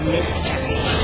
Mystery